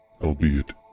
albeit